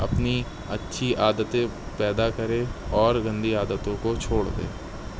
اپنی اچھی عادتیں پیدا کرے اور گندی عادتوں کو چھوڑ دے